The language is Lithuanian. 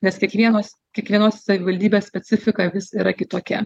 nes kiekvienos kiekvienos savivaldybės specifika vis yra kitokia